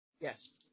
Yes